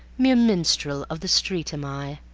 mere minstrel of the street am i,